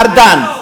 ארדן,